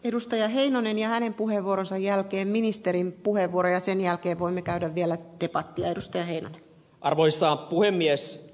edustaja heinonen ja hänen puheenvuoronsa jälkeen ministerin puheenvuoroja sen jälkeen voimme käydä vielä tipat tiedusteli arvoisa puhemies